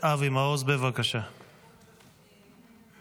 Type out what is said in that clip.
הבה נישא בליבנו